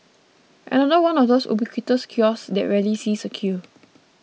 another one of those ubiquitous kiosks that rarely sees a queue